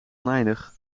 oneindig